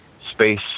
space